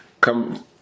come